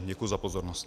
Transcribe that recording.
Děkuji za pozornost.